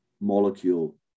molecule